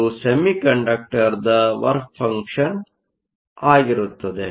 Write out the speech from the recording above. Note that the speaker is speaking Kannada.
ಇದು ಸೆಮಿಕಂಡಕ್ಟರ್ನ ವರ್ಕ್ ಫಂಕ್ಷನ್Work function ಆಗಿರುತ್ತದೆ